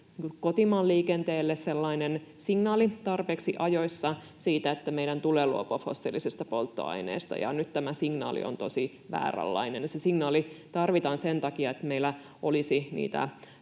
kotimaan liikenteelle sellainen signaali tarpeeksi ajoissa siitä, että meidän tulee luopua fossiilisesta polttoaineesta, ja nyt tämä signaali on tosi vääränlainen. Se signaali tarvitaan sen takia, että meillä olisi